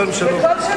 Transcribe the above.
וכל שנה,